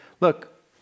look